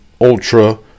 ultra